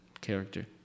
character